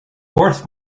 worth